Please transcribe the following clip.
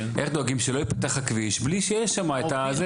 איך דואגים שלא יפתח הכביש בלי שיש שם את זה?